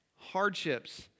Hardships